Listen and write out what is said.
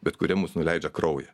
bet kurie mus nuleidžia kraują